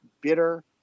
bitter